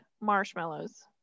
marshmallows